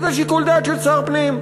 וזה שיקול דעת של שר פנים.